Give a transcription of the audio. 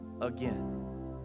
again